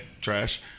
trash